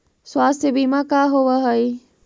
स्वास्थ्य बीमा का होव हइ?